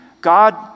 God